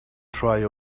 try